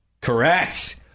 Correct